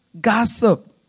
gossip